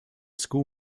school